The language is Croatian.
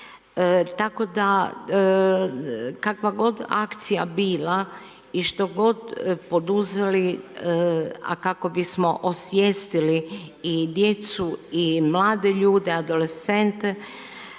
Tako da kakva god akcija bila i što god poduzeli, a kako bismo osvijestili i djecu i mlade ljude adolescente,